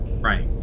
Right